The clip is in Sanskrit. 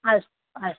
अस्तु अस्तु